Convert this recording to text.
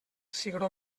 cigró